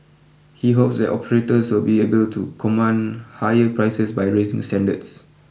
he hopes that operators will be able to command higher prices by raising standards